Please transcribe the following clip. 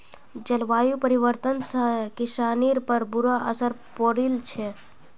जलवायु परिवर्तन से किसानिर पर बुरा असर पौड़ील छे